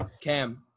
Cam